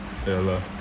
ya lah